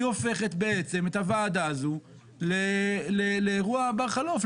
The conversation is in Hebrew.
היא הופכת בעצם את הוועדה הזו לאירוע בר חלוף,